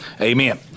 Amen